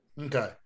Okay